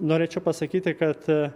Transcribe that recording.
norėčiau pasakyti kad